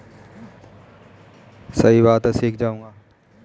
सार्थक को Google Pay account बनाना मैं सीखा दूंगा